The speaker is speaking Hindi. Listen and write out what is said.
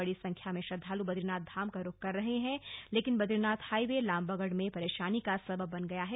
बड़ी संख्या में श्रद्धालु बदरीनाथ धाम का रुख कर रहे हैं लेकिन बद्रीनाथ हाइवे लामबगड़ में परेशानी का सबब बन गया है